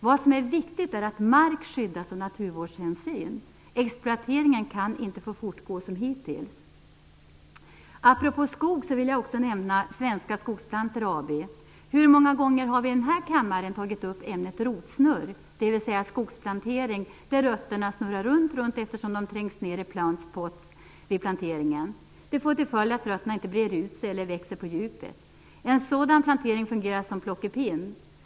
Vad som är viktigt är att mark skyddas av naturvårdshänsyn. Exploateringen kan inte få fortgå som hittills. Apropå skog vill jag också nämna Svenska Skogsplantor AB. Hur många gånger har vi här i kammaren tagit upp ämnet rotsnurr, dvs. skogsplantering där rötterna snurrar runt runt, eftersom de trängts ned i plant pots vid planteringen. Det får till följd att rötterna inte breder ut sig eller växer på djupet. En sådan plantering fungerar som ett plockepinn.